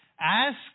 Ask